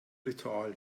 ritual